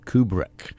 Kubrick